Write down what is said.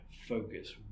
focus